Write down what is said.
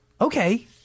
Okay